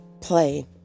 play